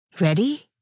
Ready